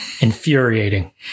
Infuriating